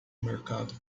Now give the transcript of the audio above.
mercado